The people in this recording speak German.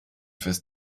fürs